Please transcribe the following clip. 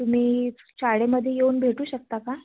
तुम्ही शाळेमध्ये येऊन भेटू शकता का